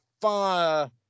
fire